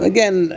Again